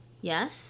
Yes